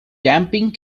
damping